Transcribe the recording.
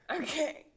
Okay